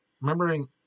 remembering